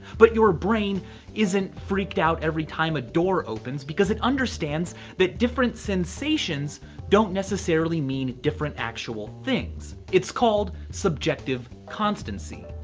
but your brain isn't freaked out every time a door opens, because it understands that different sensations don't necessarily mean different actual things. it's called subjective constancy.